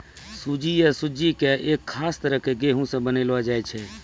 सूजी या सुज्जी कॅ एक खास तरह के गेहूँ स बनैलो जाय छै